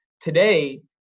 Today